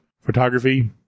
photography